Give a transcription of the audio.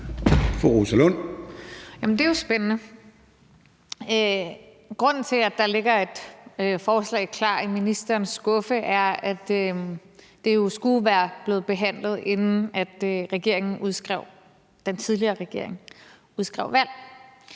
Det er jo spændende. Grunden til, at der ligger et forslag klar i ministerens skuffe, er, at det jo skulle være blevet behandlet, inden den tidligere regering udskrev valg.